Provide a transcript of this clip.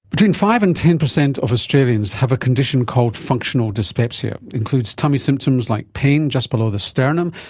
between five and ten percent of australians have a condition called functional dyspepsia, it includes tummy symptoms like pain just below the sternum,